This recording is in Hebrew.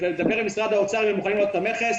תדבר עם משרד האוצר אם הם מוכנים להעלות את המכס.